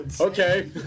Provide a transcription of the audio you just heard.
Okay